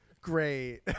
Great